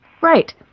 Right